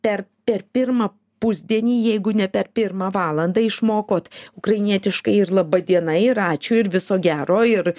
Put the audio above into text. per per pirmą pusdienį jeigu ne per pirmą valandą išmokot ukrainietiškai ir laba diena ir ačiū ir viso gero ir